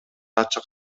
ачык